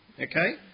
Okay